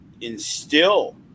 instill